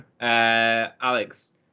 alex